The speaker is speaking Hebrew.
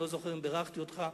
אני לא זוכר אם בירכתי אותך,